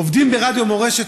עובדים ברדיו מורשת,